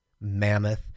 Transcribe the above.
mammoth